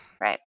Right